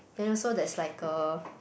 then also there's like a